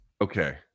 Okay